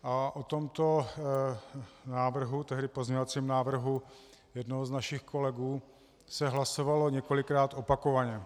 O tomto návrhu, tehdy pozměňovacím návrhu jednoho z našich kolegů, se hlasovalo několikrát opakovaně.